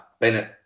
Bennett